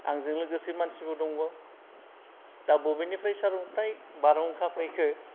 आंजों लोगोसे मानसिबो दंबावो दा बबेनिफ्राय सारन्थाय बारहुंखा फैखो